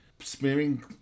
smearing